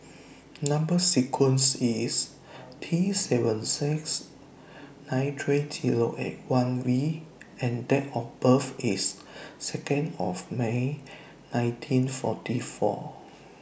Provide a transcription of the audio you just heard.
Number sequence IS T seven six nine three Zero eight one V and Date of birth IS Second of May nineteen forty four